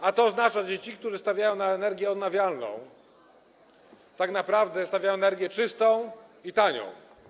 A to oznacza, że ci, którzy stawiają na energię odnawialną, tak naprawdę stawiają na energię czystą i tanią.